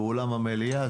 באולם המליאה,